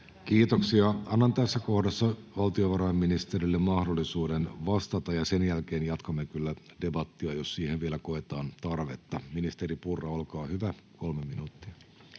Kiitoksia. — Annan tässä kohdassa valtiovarainministerille mahdollisuuden vastata, ja sen jälkeen jatkamme kyllä debattia, jos siihen vielä koetaan tarvetta. — Ministeri Purra, olkaa hyvä, kolme minuuttia.